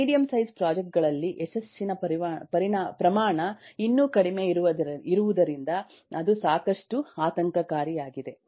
medium size project ಗಳಲ್ಲಿ ಯಶಸ್ಸಿನ ಪ್ರಮಾಣ ಇನ್ನೂ ಕಡಿಮೆ ಇರುವುದರಿಂದ ಅದು ಸಾಕಷ್ಟು ಆತಂಕಕಾರಿಯಾಗಿದೆ